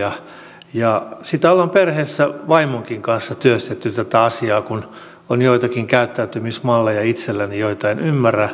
tätä asiaa ollaan perheessä vaimonkin kanssa työstetty kun on joitakin käyttäytymismalleja itselläni joita en ymmärrä